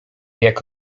jak